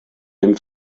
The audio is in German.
dem